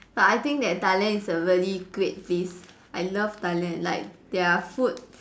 but I think that Thailand is a really great place I love Thailand like their food